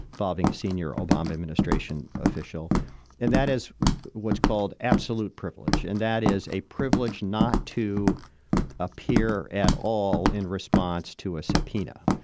fobbing a senior obama administration official and that is what's called absolute privilege, and that is a privilege not to appear at all in response to a subpoena.